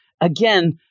again –